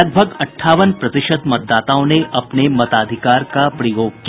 लगभग अंठावन प्रतिशत मतदाताओं ने अपने मताधिकार का प्रयोग किया